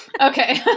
Okay